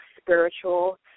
spiritual